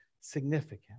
significant